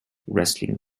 wrestling